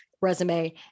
resume